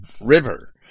river